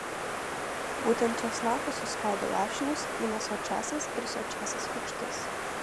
būtent česnakas suskaido lašinius į nesočiąsias ir sočiąsias rūgštis